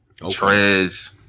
Trez